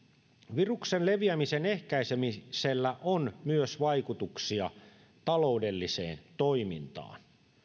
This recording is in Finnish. viruksen leviämisen ehkäisemisellä on myös vaikutuksia taloudelliseen toimintaan